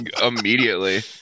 immediately